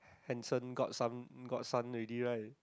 handsome godson godson already right